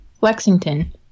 Lexington